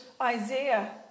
Isaiah